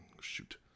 shoot